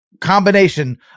combination